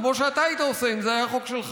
כמו שאתה היית עושה אם זה היה חוק שלך.